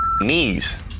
knees